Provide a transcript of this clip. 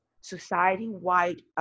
society-wide